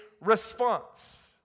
response